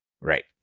right